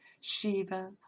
Shiva